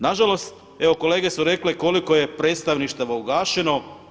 Na žalost, evo kolege su rekle koliko je predstavništava ugašeno.